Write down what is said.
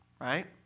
right